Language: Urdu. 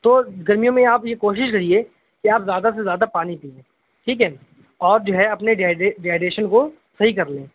تو گرمیوں میں آپ یہ کوشش کرئیے کہ آپ زیادہ سے زیادہ پانی پی لیں ٹھیک ہے اور جو ہے اپنے ڈی ہائیڈریشن کو صحیح کر لیں